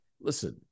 listen